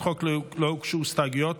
החוק לא הוגשו הסתייגויות,